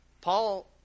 Paul